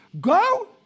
go